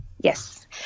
yes